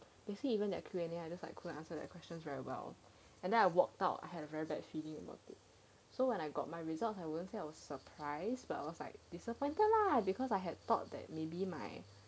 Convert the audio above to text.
basically even acronym are just like couldn't answer the questions very well and then I walked out I had a very bad feeling about it so when I got my results I wouldn't say I was surprised but I was like disappointed lah because I had thought that maybe my